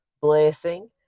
Blessing